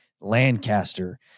Lancaster